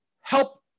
help